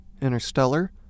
Interstellar